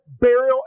burial